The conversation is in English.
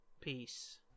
Peace